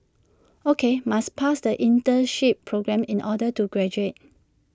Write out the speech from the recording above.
O K must pass the internship programme in order to graduate